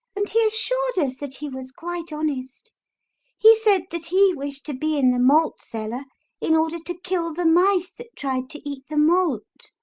and he assured us that he was quite honest he said that he wished to be in the malt-cellar in order to kill the mice that tried to eat the malt.